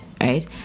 right